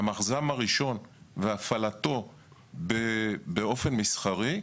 המכז"מ הראשון והפעלתו באופן מסחרי,